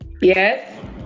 Yes